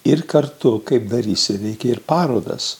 ir kartu kaip darysi reikia ir parodas